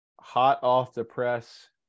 hot-off-the-press